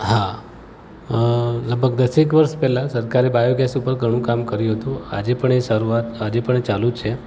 હા અ લગભગ દસેક વર્ષ પહેલાં સરકારે બાયોગૅસ ઉપર ઘણું કામ કર્યું હતું આજે પણ એ શરૂઆત આજે પણ એ ચાલું જ છે